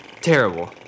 Terrible